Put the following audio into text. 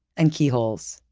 and keyholes,